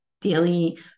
daily